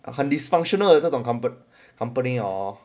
and 很 dysfunctional 的这种 com~ company hor